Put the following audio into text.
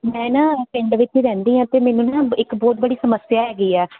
ਮੈਂ ਨਾ ਪਿੰਡ ਵਿੱਚ ਰਹਿੰਦੀ ਆ ਤੇ ਮੈਨੂੰ ਨਾ ਇੱਕ ਬਹੁਤ ਬੜੀ ਸਮੱਸਿਆ ਹੈਗੀ ਆ